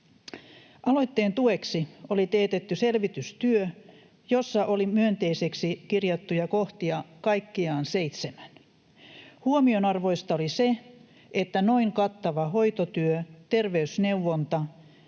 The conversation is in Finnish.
Aloitteen tueksi oli teetetty selvitystyö, jossa oli myönteiseksi kirjattuja kohtia kaikkiaan seitsemän. Huomionarvoista oli se, että noin kattava hoitotyö, terveysneuvonta